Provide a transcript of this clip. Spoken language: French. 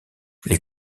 les